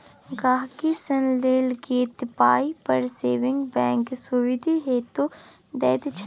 गांहिकी सँ लेल गेल पाइ पर सेबिंग बैंक सुदि सेहो दैत छै